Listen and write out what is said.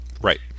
Right